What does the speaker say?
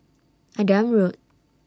Adam Road